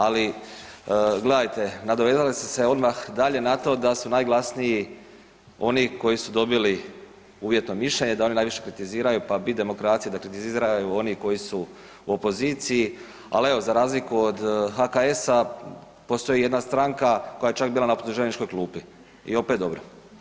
Ali, gledajte, nadovezali ste se odmah dalje na to da su najglasniji oni koji su dobili uvjetno mišljenje, da oni najviše kritiziraju, pa bi demokraciju, dakle kritiziraju oni koji su u opoziciji, al evo za razliku od HKS-a postoji jedna stranka koja je čak bila na optuženičkoj klupi i opet dobro.